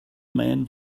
man